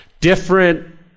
different